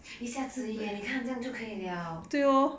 一下子而已 eh 你看这样子就可以了